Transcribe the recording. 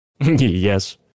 Yes